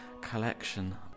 collection